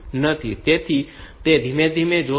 તેથી તે ધીમે ધીમે જોશે